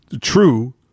true